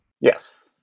Yes